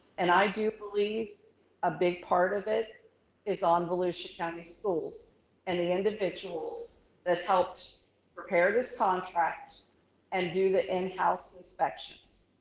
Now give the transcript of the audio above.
and i do believe a big part of it is on volusia county schools and the individuals individuals that helped prepare this contract and do the in house inspections.